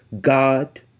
God